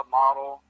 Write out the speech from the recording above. model